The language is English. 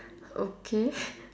okay